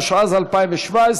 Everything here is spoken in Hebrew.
התשע"ז 2017,